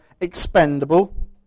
expendable